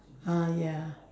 ah ya